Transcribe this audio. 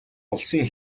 улсын